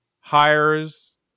hires